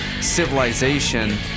civilization